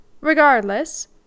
Regardless